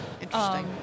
Interesting